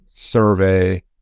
Survey